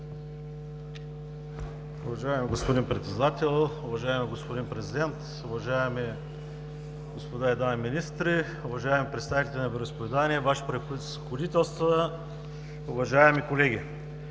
Уважаеми господин Председател, уважаеми господин Президент, уважаеми дами и господа министри, уважаеми представители на вероизповеданията, Ваше Превъзходителство, уважаеми колеги!